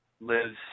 lives